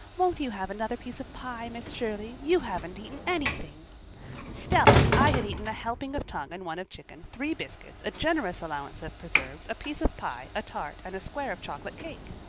won't you have another piece of pie, miss shirley? you haven't eaten anything stella, i had eaten a helping of tongue and one of chicken, three biscuits, a generous allowance of preserves, a piece of pie, a tart, and a square of chocolate cake!